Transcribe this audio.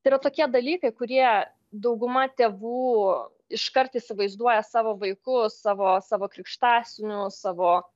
tai yra tokie dalykai kurie dauguma tėvų iškart įsivaizduoja savo vaikus savo savo krikštasūnius savo